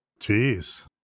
Jeez